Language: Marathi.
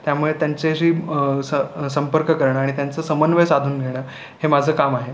त्यामुळे त्यांच्याशी स संपर्क करणं आणि त्यांचं समन्वय साधून घेणं हे माझं काम आहे